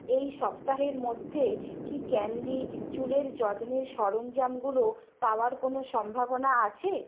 এই সপ্তাহের মধ্যে কি ক্যান্ডি চুলের যত্নের সরঞ্জামগুলো পাওয়ার কোনো সম্ভাবনা আছে